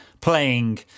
playing